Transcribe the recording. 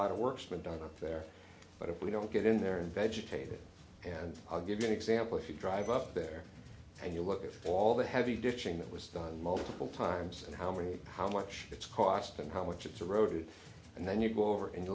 lot of worksman done up there but if we don't get in there and vegetate it and i'll give you an example if you drive up there and you look at all the heavy ditching that was done multiple times and how many how much it's cost and how much it's a road and then you go over and